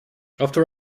after